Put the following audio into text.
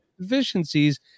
deficiencies